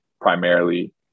primarily